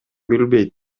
билбейт